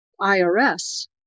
IRS